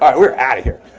um were out of here.